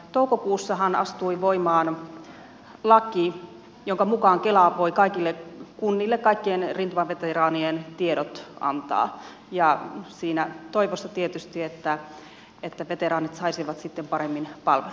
toukokuussahan astui voimaan laki jonka mukaan kela voi kaikille kunnille kaikkien rintamaveteraanien tiedot antaa siinä toivossa tietysti että veteraanit saisivat sitten paremmin palveluita